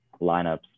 lineups